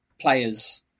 players